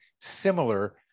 similar